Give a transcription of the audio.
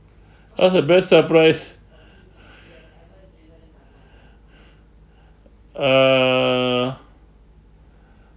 oh the best surprise uh